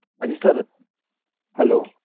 ہاں جی sir hello